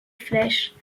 flèche